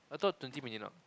I thought twenty minutes now